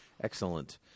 Excellent